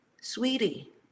sweetie